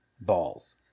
balls